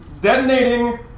detonating